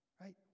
right